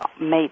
made